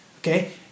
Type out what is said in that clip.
Okay